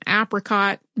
apricot